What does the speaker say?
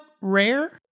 rare